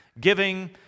giving